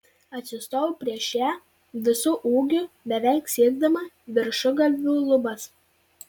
atsistojau prieš ją visu ūgiu beveik siekdama viršugalviu lubas